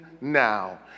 now